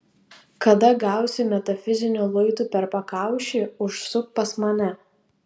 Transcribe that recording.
kada gausi metafiziniu luitu per pakaušį užsuk pas mane